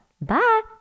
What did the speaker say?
Bye